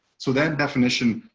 so that definition,